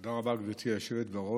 תודה רבה, גברתי היושבת בראש.